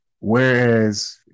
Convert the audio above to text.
Whereas